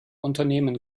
unternehmen